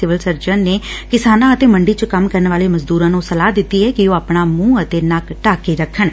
civil surgeon ਨੇ ਕਿਸਾਨਾਂ ਅਤੇ ਮੰਡੀ ਚ ਕੰਮ ਕਰਨ ਵਾਲੇ ਮਜ਼ਦੁਰਾਂ ਨੂੰ ਸਲਾਹ ਦਿੱਡੀ ਏ ਕਿ ਉਹ ਆਪਣਾ ਮੁੰਹ ਅਤੇ ਨੱਕ ਢੱਕ ਕੇ ਰੱਖਣ